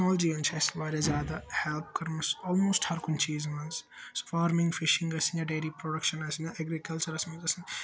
technology منٛز چھ اَسہِ وارِیاہ زیادٕ ہیٚلٕپ کٔرمژ آلموسٹ ہَر کُنہِ چیز منٛز سُہ فارمِنگ فِشِنگ ٲسِن یا ڈِیری پروڈَکشَن ٲسِن یا ایٚگرِکَلچَرَس منٛز ٲسِن